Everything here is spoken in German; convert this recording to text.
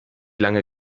lange